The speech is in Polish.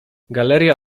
galeria